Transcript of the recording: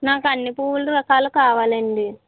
నాకు అన్నీ పువ్వుల రకాలు కావాలండీ